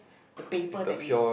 the paper that you